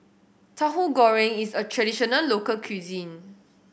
Tahu Goreng is a traditional local cuisine